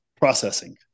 processing